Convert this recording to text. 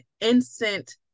instant